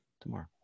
tomorrow